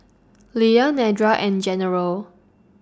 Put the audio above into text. Leah Nedra and General